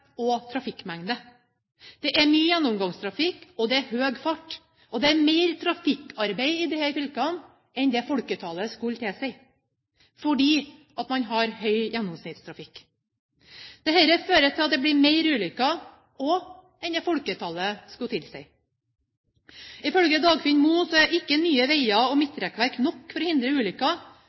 og trafikkmengde. Det er mye gjennomgangstrafikk, det er høy fart, og det er mer trafikkarbeid i disse fylkene enn det folketallet skulle tilsi, fordi man har høy gjennomsnittstrafikk. Dette fører til at det blir flere ulykker enn det folketallet skulle tilsi. Ifølge Dagfinn Moe er ikke nye veier og midtrekkverk nok for å hindre ulykker.